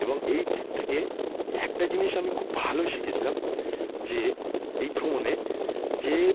এবং এই ট্রিপ থেকে একটা জিনিস আমি খুব ভালো শিখেছিলাম যে এই ভ্রমণে যে